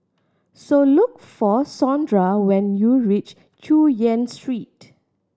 so look for Sondra when you reach Chu Yen Street